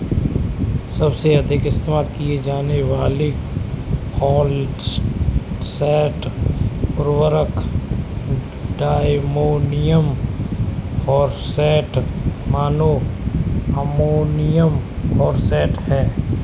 सबसे अधिक इस्तेमाल किए जाने वाले फॉस्फेट उर्वरक diammonium phosphate, mono ammonium phosphate हैं